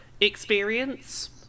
experience